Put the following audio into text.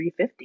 350